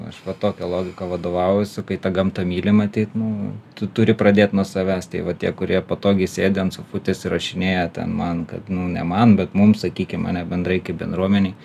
aš va tokia logika vadovaujuosi kai tą gamtą myli matyt nu tu turi pradėt nuo savęs tai va tie kurie patogiai sėdi ant sofutės ir rašinėja ten man kad nu ne man bet mum sakykim ane bendrai kaip bendruomenei